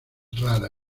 rara